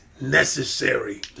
necessary